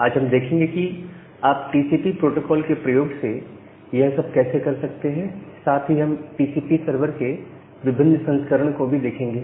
आज हम देखेंगे कि आप टीसीपी प्रोटोकोल के प्रयोग से यह सब कैसे कर सकते हैं साथ ही हम टीसीपी सर्वर के विभिन्न संस्करण को भी देखेंगे